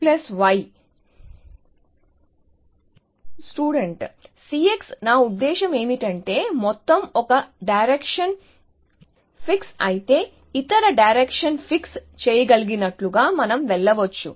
x y student Cx నా ఉద్దేశ్యం ఏమిటంటే మొత్తం ఒక డైరెక్షన్ ఫిక్సయితే ఇతర డైరెక్షన్ ఫిక్స్ చేయగలిగినట్లుగా మనం వెళ్ళవచ్చు